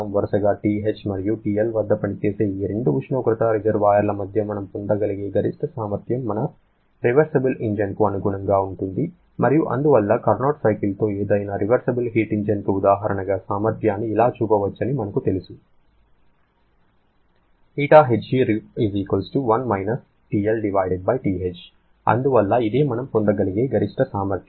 వరుసగా TH మరియు TL వద్ద పనిచేసే ఈ రెండు ఉష్ణోగ్రత రిజర్వాయర్ల మధ్య మనం పొందగలిగే గరిష్ట సామర్థ్యం మన రివర్సిబుల్ ఇంజిన్కు అనుగుణంగా ఉంటుంది మరియు అందువల్ల కార్నోట్ సైకిల్తో ఏదైనా రివర్సిబుల్ హీట్ ఇంజిన్కు ఉదాహరణగా సామర్థ్యాన్ని ఇలా చూపవచ్చని మనకు తెలుసు అందువల్ల ఇదే మనం పొందగలిగే గరిష్ట సామర్థ్యం